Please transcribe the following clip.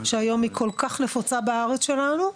שהיום היא כל כך נפוצה בארץ שלנו ואלכוהול,